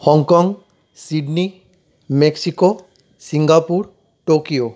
Hong Kong Sydney Mexico Singapore Tokyo